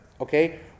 Okay